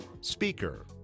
speaker